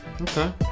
Okay